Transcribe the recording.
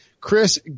Chris